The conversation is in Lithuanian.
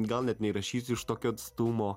gal net neįrašysi iš tokio atstumo